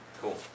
Cool